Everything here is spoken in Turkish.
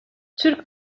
türk